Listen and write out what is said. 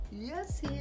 yes